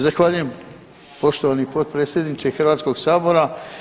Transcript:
Zahvaljujem, poštovani potpredsjedniče Hrvatskog sabora.